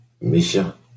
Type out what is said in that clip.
Misha